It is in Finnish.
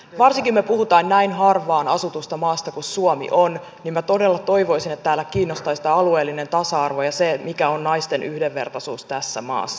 varsinkin kun me puhumme näin harvaan asutusta maasta kuin suomi on niin minä todella toivoisin että täällä kiinnostaisi tämä alueellinen tasa arvo ja se mikä on naisten yhdenvertaisuus tässä maassa